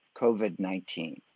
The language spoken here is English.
COVID-19